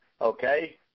Okay